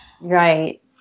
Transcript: right